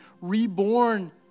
reborn